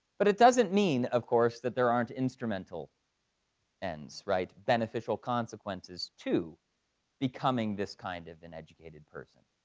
but it doesn't mean, of course, that there aren't instrumental ends, right? beneficial consequences to becoming this kind of an educated person.